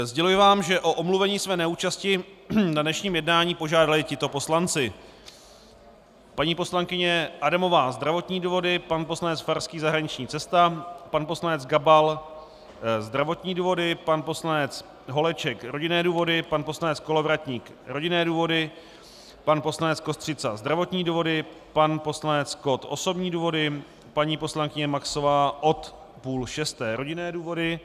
Sděluji vám, že o omluvení své neúčasti na dnešním jednání požádali tito poslanci: paní poslankyně Adamová zdravotní důvody, pan poslanec Farský zahraniční cesta, pan poslanec Gabal zdravotní důvody, pan poslanec Holeček rodinné důvody, pan poslanec Kolovratník rodinné důvody, pan poslanec Kostřica zdravotní důvody, pan poslanec Kott osobní důvody, paní poslankyně Maxová od půl šesté rodinné důvody.